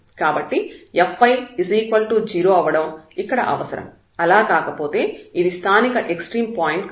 కాబట్టి fy 0 అవ్వడం ఇక్కడ అవసరం అలా కాకపోతే ఇది స్థానిక ఎక్స్ట్రీమ్ పాయింట్ కాదు